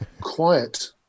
quiet